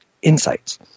Insights